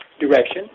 direction